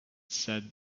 said